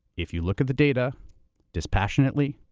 if you look at the data dispassionately,